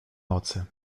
nocy